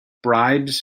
bribes